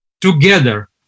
together